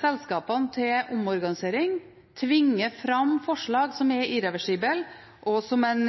selskapene til omorganisering – at man tvinger fram forslag som er irreversible, og som en